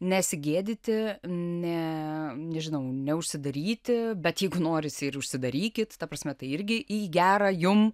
nesigėdyti ne nežinau neužsidaryti bet jeigu norisi ir užsidarykit ta prasme tai irgi į gera jum